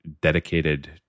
dedicated